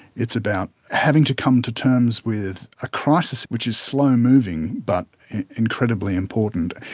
it's about having to come to terms with a crisis which is slow moving but incredibly important.